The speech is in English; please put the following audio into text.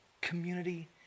community